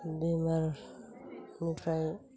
बेमारनिफ्राय